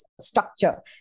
structure